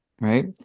Right